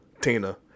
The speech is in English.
Tina